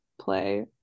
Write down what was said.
play